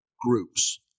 groups